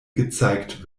gezeigt